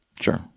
sure